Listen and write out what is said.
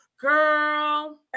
Girl